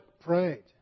prayed